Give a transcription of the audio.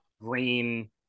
Green